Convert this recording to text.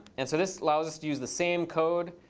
and so this allows us to use the same code,